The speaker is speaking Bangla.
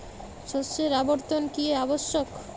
শস্যের আবর্তন কী আবশ্যক?